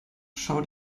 schau